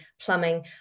plumbing